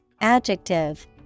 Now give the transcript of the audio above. adjective